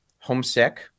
homesick